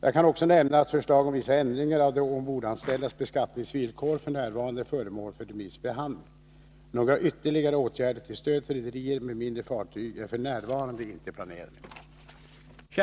Jag kan också nämna att förslag om vissa ändringar av de ombordanställdas beskattningsvillkor f. n. är föremål för remissbehandling. Några ytterligare åtgärder till stöd för rederier med mindre fartyg är f. n. inte planerade.